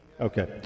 Okay